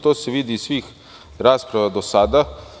To se vidi iz svih rasprava do sada.